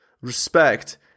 respect